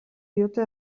diote